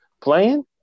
playing